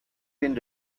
been